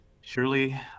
surely